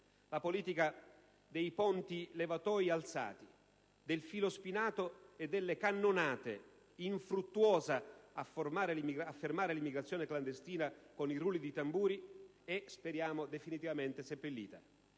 La politica dei ponti levatoi alzati, del filo spinato e delle cannonate, infruttuosa a fermare l'immigrazione clandestina con i rulli di tamburo, è - speriamo definitivamente - seppellita.